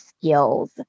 skills